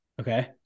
Okay